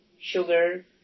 sugar